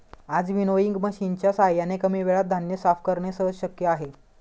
आज विनोइंग मशिनच्या साहाय्याने कमी वेळेत धान्य साफ करणे सहज शक्य आहे